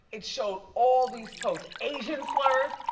it showed all these posts, asian slurs.